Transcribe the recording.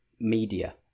media